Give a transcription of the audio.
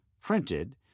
printed